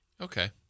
Okay